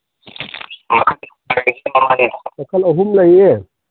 ꯃꯈꯜ ꯑꯍꯨꯝ ꯂꯩꯌꯦ